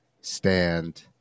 stand